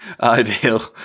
Ideal